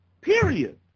Period